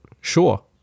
Sure